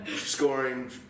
scoring